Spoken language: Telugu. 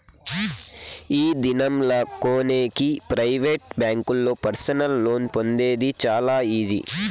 ఈ దినం లా కొనేకి ప్రైవేట్ బ్యాంకుల్లో పర్సనల్ లోన్ పొందేది చాలా ఈజీ